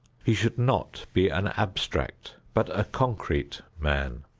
he should not be an abstract, but a concrete man.